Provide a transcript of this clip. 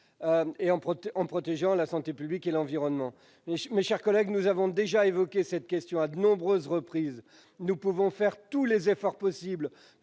tout en protégeant la santé publique et l'environnement. Nous avons déjà évoqué cette question à de nombreuses reprises. Nous pouvons faire tous les efforts possibles